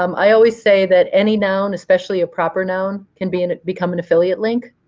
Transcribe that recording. um i always say that any noun, especially a proper noun, can be an become an affiliate link.